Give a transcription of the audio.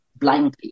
blindly